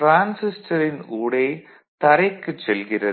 டிரான்சிஸ்டரின் ஊடே தரைக்குச் செல்கிறது